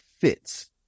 fits